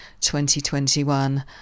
2021